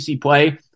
play